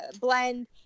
blend